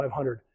500